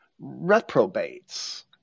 reprobates